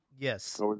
Yes